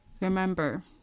Remember